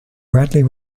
bradley